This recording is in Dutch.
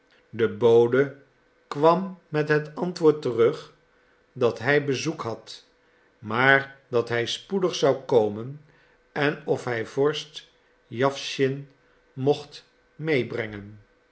de bode kwam met het antwoord terug dat hij bezoek had maar dat hij spoedig zou komen en of hij vorst jawschin mocht meebrengen